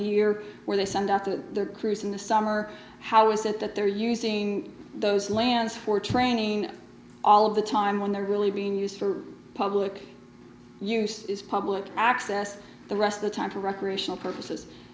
year where they send out the crews in the summer how is it that they're using those lands for training all of the time when they're really being used for public use is public access the rest of the time for recreational purposes